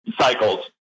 cycles